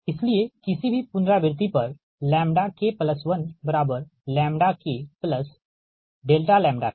इसलिए किसी भी पुनरावृति पर K1KK ठीक